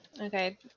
Okay